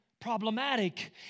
problematic